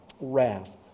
wrath